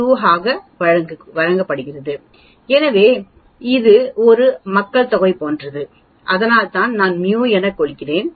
2 ஆக வழங்கப்படுகிறது எனவே இது ஒரு மக்கள் தொகை போன்றது அதனால்தான் நான் μ எனகொள்கிறேன்